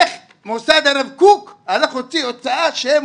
איך מוסד הרב קוק הלך והוציא הוצאה שהם